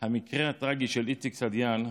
המקרה הטרגי של איציק סעידיאן,